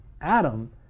Adam